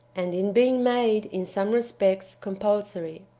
and in being made, in some respects, compulsory.